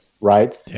right